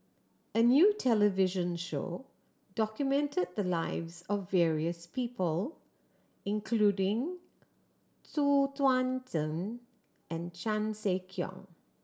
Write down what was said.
a new television show documented the lives of various people including Xu Yuan Zhen and Chan Sek Keong